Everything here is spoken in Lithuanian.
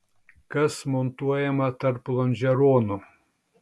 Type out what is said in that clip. kas montuojama tarp lonžeronų